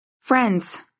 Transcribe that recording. Friends